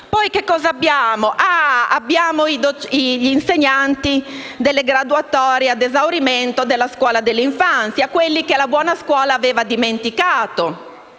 Governo. Poi abbiamo gli insegnanti delle graduatorie ad esaurimento della scuola dell'infanzia, quelli che la buona scuola aveva dimenticato.